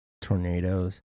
tornadoes